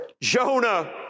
Jonah